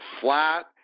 flat